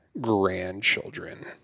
grandchildren